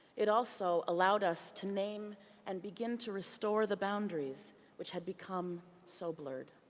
it also allowed us to name and begin to restore the boundaries which had become so blurred.